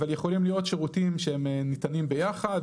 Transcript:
אבל יכולים להיות שירותים שהם ניתנים ביחד,